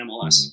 MLS